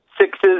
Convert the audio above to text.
sixes